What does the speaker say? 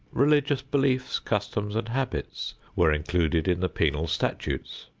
religious beliefs, customs and habits were included in the penal statutes.